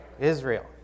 Israel